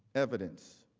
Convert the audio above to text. evidence.